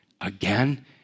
again